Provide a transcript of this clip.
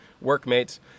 workmates